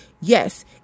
Yes